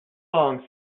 long